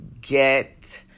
Get